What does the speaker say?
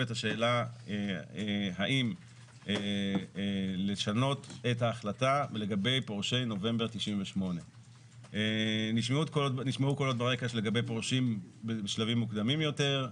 השאלה האם לשנות את ההחלטה לגבי פורשי נובמבר 98'. נשמעו קולות ברקע שלגבי פורשים בשלבים מוקדמים יותר,